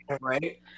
Right